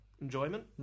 enjoyment